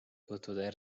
tutvuda